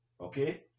okay